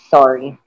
Sorry